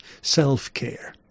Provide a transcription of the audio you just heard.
self-care